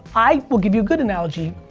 i will give you a good analogy.